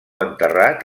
enterrat